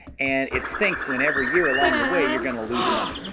and it stinks when every year along the way you're going to lose money.